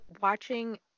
watching